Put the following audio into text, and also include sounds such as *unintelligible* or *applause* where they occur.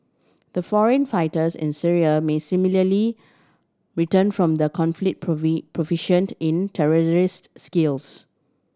the foreign fighters in Syria may similarly return from the conflict *unintelligible* proficient in terrorist skills